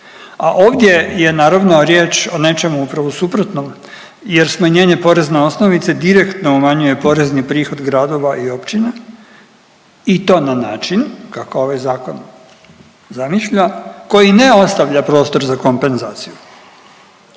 a ovdje je naravno riječ o nečemu upravo suprotnom jer smanjenje porezne osnovice direktno umanjuje porezni prihod gradova i općina i to na način kako ovaj zakon zamišlja koji ne ostavlja prostor za kompenzaciju.